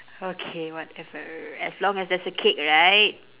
okay whatever as long as there's a cake right